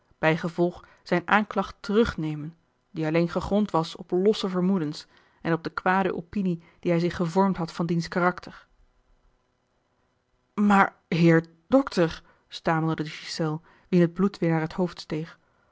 bijgevolg zijne aanklacht terugnemen die alleen gegrond was op losse vermoedens en op de kwade opinie die hij zich gevormd had van diens karakter osboom oussaint aar heer dokter stamelde de ghiselles wien het bloed weêr naar het hoofd steeg